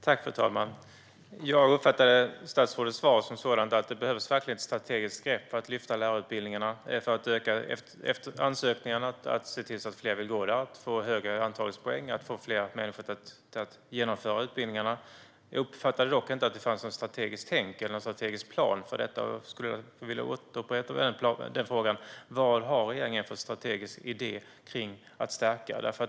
Fru talman! Jag uppfattar statsrådets svar som att det verkligen behövs ett strategiskt grepp för att lyfta lärarutbildningen - för att öka ansökningarna, se till att fler vill gå utbildningarna, få högre antagningspoäng och få fler människor att genomföra utbildningarna. Jag uppfattade dock inte att det finns något strategiskt tänk eller någon strategisk plan för detta, och jag skulle vilja upprepa frågan vad regeringen har för strategisk idé när det gäller att stärka utbildningen.